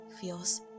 feels